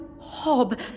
Hob